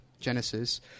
genesis